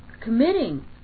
committing